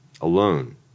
alone